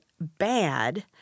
bad